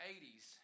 80s